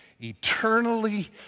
Eternally